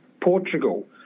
Portugal